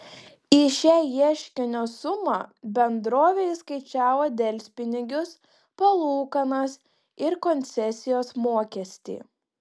į šią ieškinio sumą bendrovė įskaičiavo delspinigius palūkanas ir koncesijos mokestį